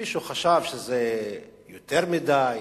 מישהו חשב שזה יותר מדי,